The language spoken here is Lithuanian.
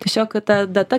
tiesiog kad ta data